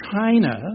China